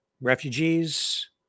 Refugees